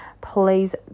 please